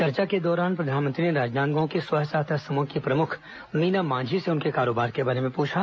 चर्चा के दौरान प्रधानमंत्री ने राजनांदगांव की स्व सहायता समूह की प्रमुख मीना मांझी से उनके कारोबार के बारे में पूछा